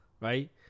right